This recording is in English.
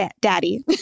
Daddy